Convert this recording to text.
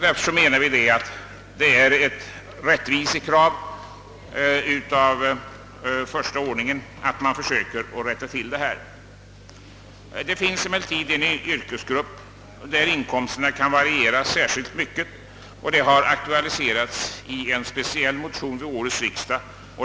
Därför menar vi att det är ett rättvisekrav av första ordningen att man försöker ändra dessa förhållanden. Det finns emellertid en yrkesgrupp vars inkomster kan variera särskilt mycket och som har aktualiserats i en speciell motion vid årets riksdag.